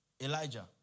Elijah